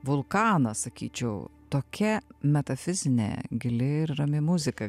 vulkaną sakyčiau tokia metafizinė gili ir rami muzika